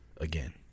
again